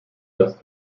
dass